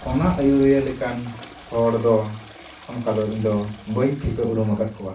ᱚᱱᱟ ᱟᱹᱭᱩᱨᱤᱭᱟᱹ ᱞᱮᱠᱟᱱ ᱦᱚᱲ ᱫᱚ ᱚᱱᱠᱟ ᱫᱚ ᱤᱧᱫᱚ ᱵᱟᱹᱧ ᱴᱷᱤᱠᱟᱹ ᱩᱨᱩᱢ ᱟᱠᱟᱫ ᱠᱚᱣᱟ